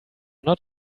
not